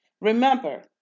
Remember